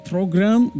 program